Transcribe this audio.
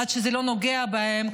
עד שזה לא נוגע בהם,